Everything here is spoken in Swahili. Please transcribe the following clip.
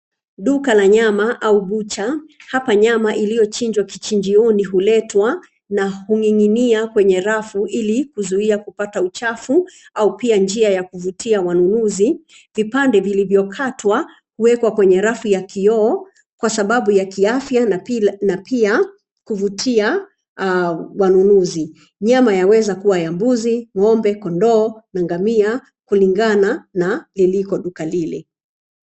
Duka la nyama au butcher . Hapa nyama iliyochinjwa kichinjioni huletwa na huning'inia kwenye rafu ili kuzuiza kupata uchafu au pia njia ya kuvutia wanunuzi. Vipande vilivyokatwa huwekwa kwenye rafu ya kioo kwa sababu ya kiafya na pia kuvutia wanunuzi. Nyama yaweza kuwa ya mbuzi, ng'ombe, kondoo na ngamia kulingana na liliko duka lile.